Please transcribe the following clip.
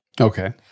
Okay